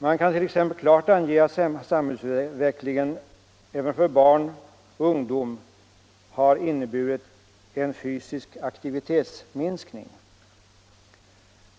Man kan t.ex. klart ange att samhällsutveckligen även för barn och ungdom har inneburit en fysisk aktivitetsminskning.